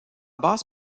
base